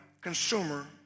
consumer